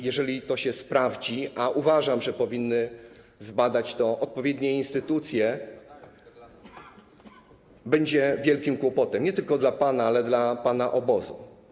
Jeżeli to się sprawdzi, a uważam, że powinny zbadać to odpowiednie instytucje, będzie to wielki kłopot nie tylko dla pana, ale i pana obozu.